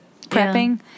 prepping